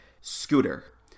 Scooter